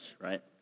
right